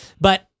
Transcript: But-